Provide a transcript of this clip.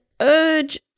urge